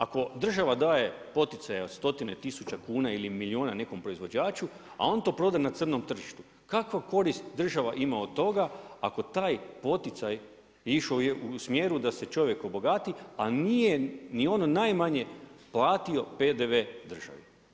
Ako država daje poticaje od stotine tisuća kuna ili milijuna nekom proizvođaču, a on to proda na crnom tržištu, kakva korist država ima od toga ako taj poticaj je išao u smjeru da se čovjek obogati, a nije ni ono najmanje platio PDV državi.